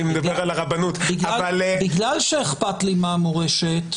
מדבר על הרבנות -- בגלל שאכפת לי מהמורשת,